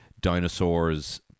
dinosaurs